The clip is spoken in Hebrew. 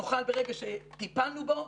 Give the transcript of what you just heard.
נוכל ברגע שטיפלנו בו,